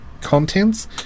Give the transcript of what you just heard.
contents